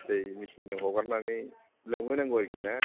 दै मेचिनजों हगारनानै लोमहोनांगौ आरोखि ना